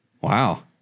Wow